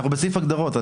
אנחנו בסעיף הגדרות.